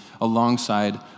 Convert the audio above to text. alongside